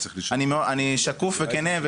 אני שקוף וכנה,